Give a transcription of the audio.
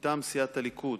מטעם סיעת הליכוד,